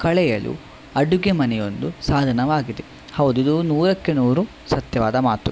ಕಳೆಯಲು ಅಡುಗೆ ಮನೆಯೊಂದು ಸಾಧನವಾಗಿದೆ ಹೌದು ಇದು ನೂರಕ್ಕೆ ನೂರು ಸತ್ಯವಾದ ಮಾತು